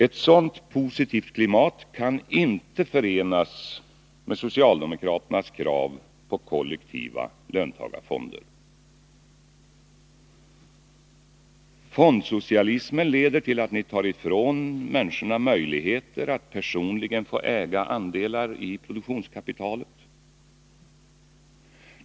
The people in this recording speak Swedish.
Ett sådant positivt klimat kan inte förenas med socialdemokraternas krav på kollektiva löntagarfonder. Fondsocialismen leder till att ni tar ifrån människorna möjligheten att personligen få äga andelar av produktionskapitalet.